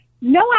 no